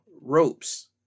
ropes